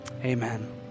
amen